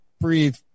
breathe